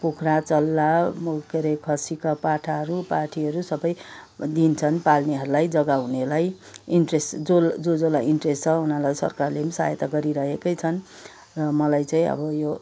कुखुरा चल्ला के अरे खसीका पाठाहरू पाठीहरू सबै दिन्छन् पाल्नेहरूलाई जग्गा हुनेलाई इन्ट्रेस्ट जो जोलाई इन्ट्रेस्ट छ उनीहरूलाई सरकारले पनि सहायता गरिरहेकै छन् मलाई चाहिँ अब यो